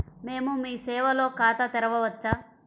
మేము మీ సేవలో ఖాతా తెరవవచ్చా?